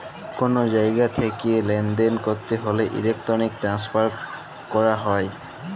call জায়গা ঠেকিয়ে লালদেল ক্যরতে হ্যলে ইলেক্ট্রনিক ট্রান্সফার ক্যরাক হ্যয়